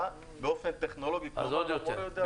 אז עוד יותר.